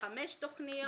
חמש תכניות.